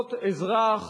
בחירויות אזרח,